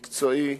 מקצועי,